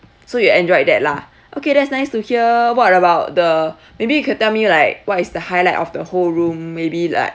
so you enjoyed that lah okay that's nice to hear what about the maybe you could tell me like what is the highlight of the whole room maybe like